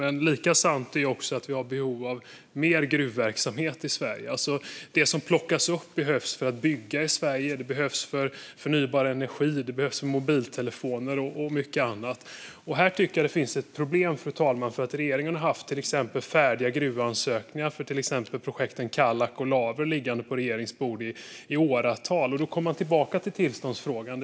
Men lika sant är att vi har behov av mer gruvverksamhet i Sverige. Det som plockas upp behövs för att bygga i Sverige, för förnybar energi, för mobiltelefoner och mycket annat. Här tycker jag att det finns ett problem, fru talman, för regeringen har haft färdiga gruvansökningar för till exempel projekten Kallak och Laver liggande på sitt bord i åratal. Då kommer vi tillbaka till tillståndsfrågan.